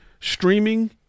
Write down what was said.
streaming